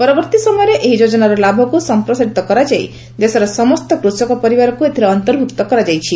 ପରବର୍ତ୍ତୀ ସମୟରେ ଏହି ଯୋଜନାର ଲାଭକୁ ସମ୍ପ୍ରସାରିତ କରାଯାଇ ଦେଶର ସମସ୍ତ କୃଷକ ପରିବାରକୁ ଏଥିରେ ଅନ୍ତର୍ଭୁକ୍ତ କରାଯାଇଛି